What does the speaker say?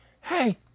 hey